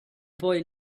boy